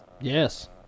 Yes